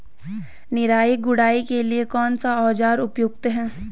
निराई गुड़ाई के लिए कौन सा औज़ार उपयुक्त है?